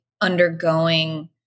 undergoing